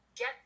get